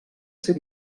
ser